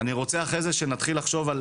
אני רוצה אחרי זה שנתחיל לחשוב על